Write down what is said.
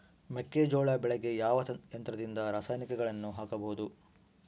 ಮೆಕ್ಕೆಜೋಳ ಬೆಳೆಗೆ ಯಾವ ಯಂತ್ರದಿಂದ ರಾಸಾಯನಿಕಗಳನ್ನು ಹಾಕಬಹುದು?